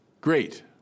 Great